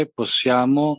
possiamo